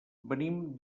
venim